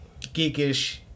geekish